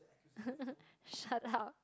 shut up